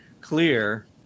clear